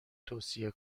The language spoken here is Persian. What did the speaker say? توصیه